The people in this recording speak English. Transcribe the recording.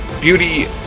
Beauty